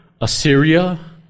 Assyria